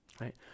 right